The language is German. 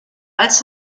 als